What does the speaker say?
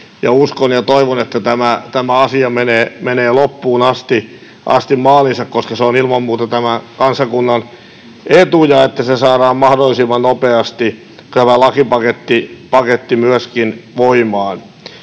Uskon ja toivon, että tämä asia menee loppuun asti maaliinsa, koska se on ilman muuta tämän kansakunnan etu, ja että tämä lakipaketti saadaan mahdollisimman nopeasti myöskin voimaan.